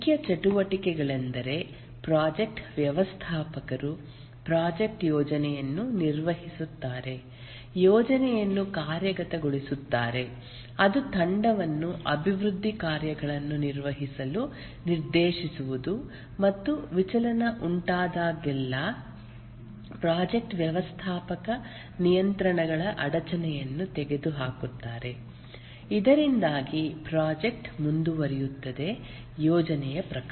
ಮುಖ್ಯ ಚಟುವಟಿಕೆಗಳೆಂದರೆ ಪ್ರಾಜೆಕ್ಟ್ ವ್ಯವಸ್ಥಾಪಕರು ಪ್ರಾಜೆಕ್ಟ್ ಯೋಜನೆಯನ್ನು ನಿರ್ವಹಿಸುತ್ತಾರೆ ಯೋಜನೆಯನ್ನು ಕಾರ್ಯಗತಗೊಳಿಸುತ್ತಾರೆ ಅದು ತಂಡವನ್ನು ಅಭಿವೃದ್ಧಿ ಕಾರ್ಯಗಳನ್ನು ನಿರ್ವಹಿಸಲು ನಿರ್ದೇಶಿಸುವುದು ಮತ್ತು ವಿಚಲನ ಉಂಟಾದಾಗಲೆಲ್ಲಾ ಪ್ರಾಜೆಕ್ಟ್ ವ್ಯವಸ್ಥಾಪಕ ನಿಯಂತ್ರಣಗಳ ಅಡಚಣೆಯನ್ನು ತೆಗೆದುಹಾಕುತ್ತಾರೆ ಇದರಿಂದಾಗಿ ಪ್ರಾಜೆಕ್ಟ್ ಮುಂದುವರಿಯುತ್ತದೆ ಯೋಜನೆಯ ಪ್ರಕಾರ